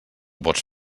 pots